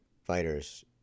fighters